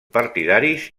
partidaris